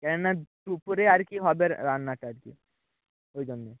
কেন না দুপুরে আর কি হবে রান্নাটা আর কি ওই জন্যে